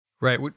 Right